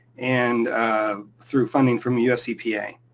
and through funding from uscpa.